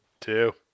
Two